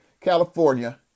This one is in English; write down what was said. California